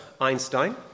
Einstein